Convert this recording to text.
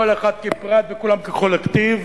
כל אחד כפרט וכולם כקולקטיב,